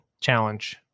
challenge